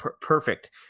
perfect